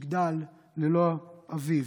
שיגדל ללא אביו.